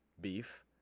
beef